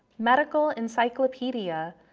medical encyclopedia,